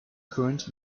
current